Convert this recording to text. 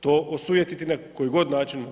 to osujetiti na koji god način.